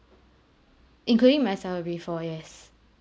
including myself will be four yes